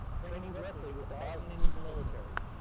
training directly with the bosnian military.